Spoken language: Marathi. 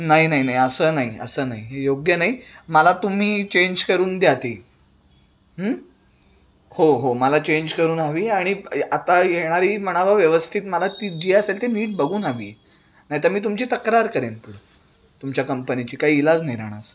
नाही नाही नाही असं नाही असं नाही हे योग्य नाही मला तुम्ही चेंज करून द्या ती हो हो मला चेंज करून हवी आणि आता येणारी म्हणावं व्यवस्थित मला ती जी असेल ती नीट बघून हवी आहे नाहीतर मी तुमची तक्रार करेन पुढं तुमच्या कंपनीची काही इलाज नाही राहणार